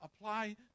apply